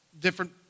different